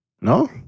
No